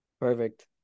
perfect